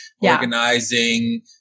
organizing